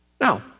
Now